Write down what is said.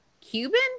Cuban